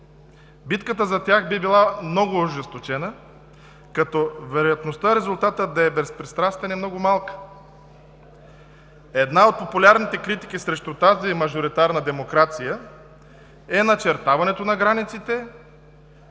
битката за тях би била много ожесточена и вероятността резултатът да е безпристрастен е много малка. Една от популярните критики срещу тази мажоритарна демокрация е начертаването на границите